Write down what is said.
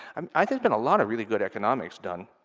um i think in a lot of really good economics done